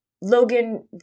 Logan